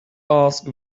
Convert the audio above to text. asked